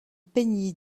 peignit